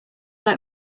let